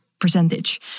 percentage